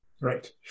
Right